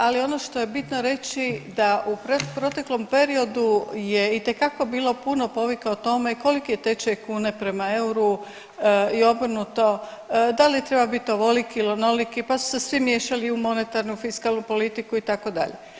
Ali ono što je bitno reći da u proteklom periodu je itekako bilo puno povika o tome koliki je tečaj kune prema euru i obrnuto, da li treba biti ovoliki ili onoliki, pa su se svi miješali u monetarnu, fiskalnu politiku itd.